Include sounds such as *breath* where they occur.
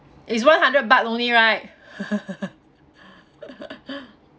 is one hundred baht only right *laughs* *breath*